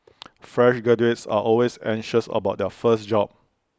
fresh graduates are always anxious about their first job